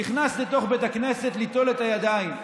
נכנס לתוך בית הכנסת ליטול את הידיים,